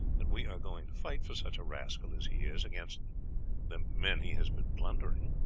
that we are going to fight for such a rascal as he is against the men he has been plundering.